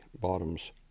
bottoms